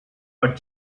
but